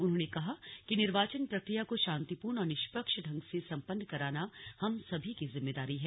उन्होंने कहा कि निर्वाचन प्रक्रिया को शान्तिपूर्ण और निष्पक्ष ढंग से सम्पन्न कराना हम सभी की जिम्मेदारी है